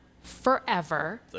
forever